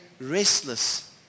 restless